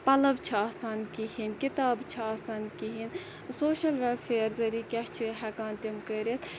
پَلَو چھِ آسان کِہیٖنۍ کِتاب چھےٚ آسان کِہیٖنۍ سوشَل ویٚلفیر ذٔریعہِ کیا چھِ ہیٚکان تِم کٔرِتھ